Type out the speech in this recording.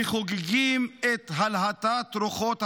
וחוגגים את הלהטת רוחות המלחמה,